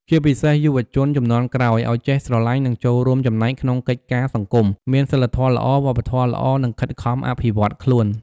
ជាពិសេស យុវជនជំនាន់ក្រោយ ឱ្យចេះស្រឡាញ់ និងចូលរួមចំណែកក្នុងកិច្ចការសង្គម មានសីលធម៌ល្អ វប្បធម៌ល្អ និងខិតខំអភិវឌ្ឍខ្លួន។